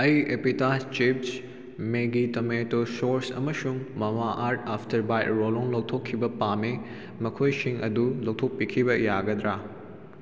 ꯑꯩ appetizers chips Maggi tomato sauce ꯑꯃꯁꯨꯡ Mamaearth after bath roll on ꯂꯧꯊꯣꯛꯈꯤꯕ ꯄꯥꯝꯏ ꯃꯈꯣꯏꯁꯤꯡ ꯑꯗꯨ ꯂꯧꯊꯣꯛꯄꯤꯈꯤꯕ ꯌꯥꯒꯗ꯭ꯔꯥ